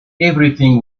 everything